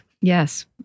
yes